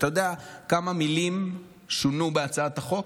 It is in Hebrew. כמה מילים שונו בהצעת החוק,